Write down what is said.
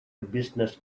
business